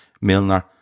Milner